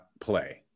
play